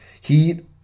Heat